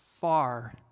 far